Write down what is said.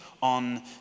on